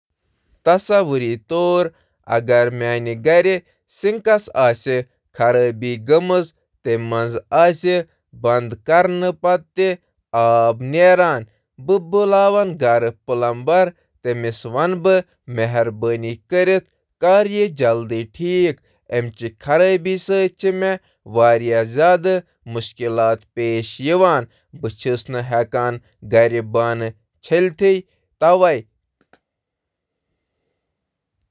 تصور کٔرِو زِ میٲنِس گَرَس منٛز چھا اکھ سنک لیک گژھان۔ بند کرنہٕ پتہٕ چُھ یہٕ وُنہِ تہِ لیک گژھان۔ بہٕ کَرٕ پلمبرَس فوراً سِنکٕچ مرمت کرنہٕ خٲطرٕ فون، تِکیٛازِ مےٚ چھِ واریٛاہ مُشکِلاتَن ہُنٛد سامنہٕ کرُن۔ بہٕ ہیوٚک نہٕ برتن واش کٔرِتھ